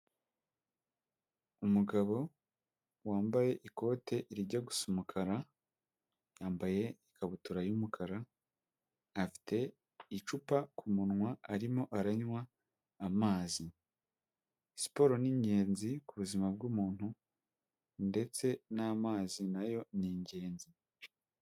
Umugabo wambaye ikote rijya gusa umukara, yambaye ikabutura y'umukara, afite icupa ku munwa arimo aranywa amazi, siporo ni ingenzi ku buzima bw'umuntu ndetse n'amazi na yo ni ingenzi.